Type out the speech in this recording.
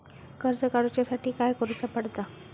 कर्ज काडूच्या साठी काय करुचा पडता?